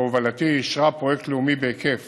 בהובלתי, אישרה פרויקט לאומי בהיקף